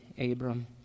Abram